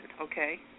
okay